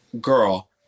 girl